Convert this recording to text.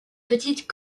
petite